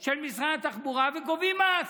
של משרד התחבורה, וגובים מס,